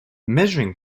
measuring